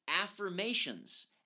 affirmations